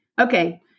Okay